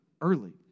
early